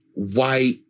white